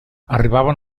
arribaven